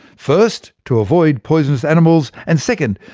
first, to avoid poisonous animals, and second,